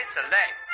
Select